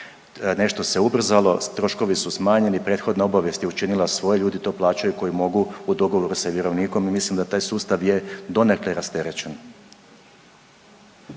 nešto se ubrzalo, troškovi su smanjeni, prethodna obavijest je učinila svoje, ljudi to plaćaju koji mogu u dogovoru sa vjerovnikom i mislim da taj sustav je donekle rasterećen.